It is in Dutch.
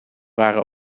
waren